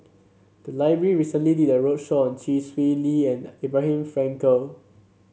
the library recently did a roadshow on Chee Swee Lee and Abraham Frankel